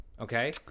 okay